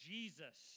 Jesus